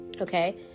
okay